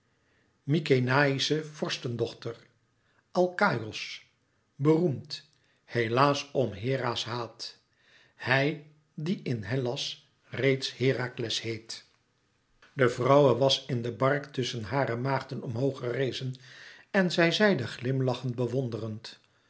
mykenæïsche vorstendochter alkaïos beroemd helaas om hera's haat hij die in hellas reeds herakles heet de vrouwe was in de bark tusschen hare maagden omhoog gerezen en zij zeide glimlachend bewonderend